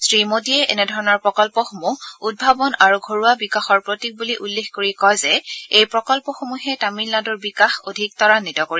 শ্ৰীমোদীয়ে এনেধৰণৰ প্ৰকল্পসমূহ উদ্ভাৱন আৰু ঘৰুৱা বিকাশৰ প্ৰতীক বুলি উল্লেখ কৰি কয় যে এই প্ৰকল্পসমূহে তামিলনাডুৰ বিকাশ অধিক ত্বাদ্বিত কৰিব